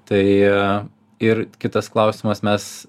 tai ir kitas klausimas mes